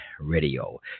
Radio